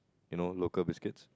you know local biscuits